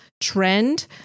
trend